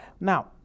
Now